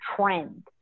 trend